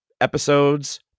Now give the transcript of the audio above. episodes